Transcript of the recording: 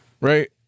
right